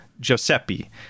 Giuseppe